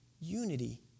Unity